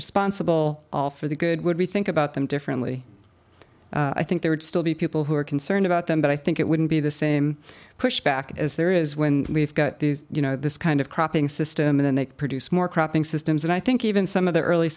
responsible all for the good would we think about them differently i think there would still be people who are concerned about them but i think it wouldn't be the same pushback as there is when we've got these you know this kind of cropping system and they produce more cropping systems and i think even some of the early